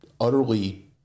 utterly